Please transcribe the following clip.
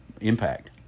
impact